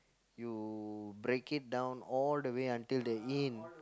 you break it down all the way until the in